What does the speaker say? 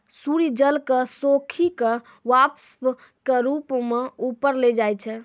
सूर्य जल क सोखी कॅ वाष्प के रूप म ऊपर ले जाय छै